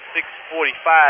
6.45